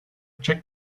check